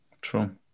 True